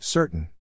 Certain